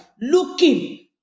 Looking